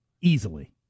easily